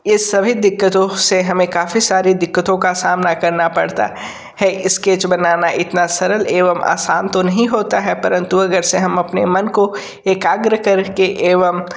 ये सभी दिक्कतों से हमें काफ़ी सारी दिक्कतों का सामना करना पड़ता है इस्केच बनाना इतना सरल एवं आसान तो नहीं होता है परंतु अगरचे हम अपने मन को एकाग्र कर के एवं